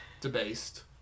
Debased